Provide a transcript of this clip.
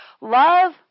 Love